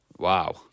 Wow